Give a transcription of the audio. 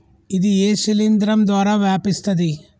ఇది ఏ శిలింద్రం ద్వారా వ్యాపిస్తది?